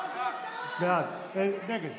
נגד